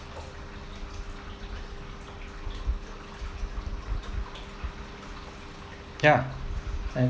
ya and